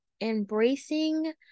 embracing